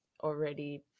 already